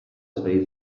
swej